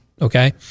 okay